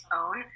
own